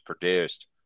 produced